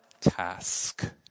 task